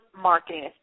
marketing